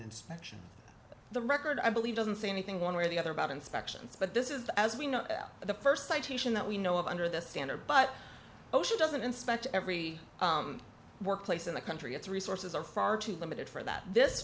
inspection the record i believe doesn't say anything one way or the other about inspections but this is as we know the st citation that we know of under this standard but oh she doesn't inspect every workplace in the country its resources are far too limited for that this